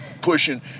pushing